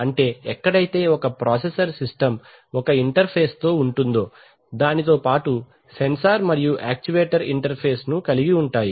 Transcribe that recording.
అంటే ఎక్కడైతే ఒక ఒక ప్రాసెసర్ సిస్టమ్ ఒక ఇంటర్ఫేస్ తో ఉంటుందో దానితో పాటు సెన్సార్ మరియు యాక్చువేటర్ ఇంటర్ ఫేస్ కలిగి ఉంటాయి